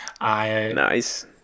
Nice